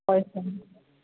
ꯍꯣꯏ ꯐꯅꯤ